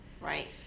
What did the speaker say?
Right